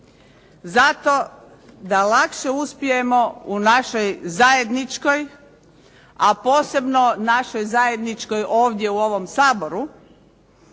Zato da lakše uspijemo u našoj zajedničkoj a posebno našoj zajedničkoj ovdje u ovom Saboru